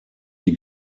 die